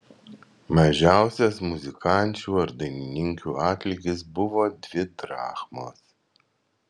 mažiausias muzikančių ar dainininkių atlygis buvo dvi drachmos